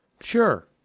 Sure